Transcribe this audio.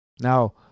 Now